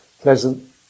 pleasant